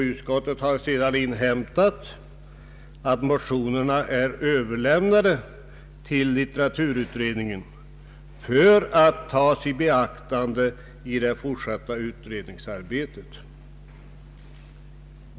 Ut skottet har inhämtat att motionerna har överlämnats till litteraturutredningen för att tagas i beaktande i det fortsatta utredningsarbetet.